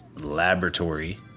laboratory